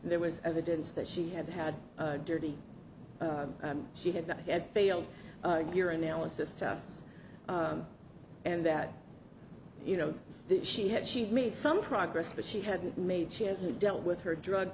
and there was evidence that she had had dirty she had not had failed your analysis to us and that you know she had she made some progress but she hadn't made she hasn't dealt with her drug